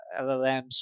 LLMs